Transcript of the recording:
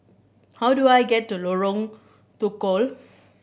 how do I get to Lorong Tukol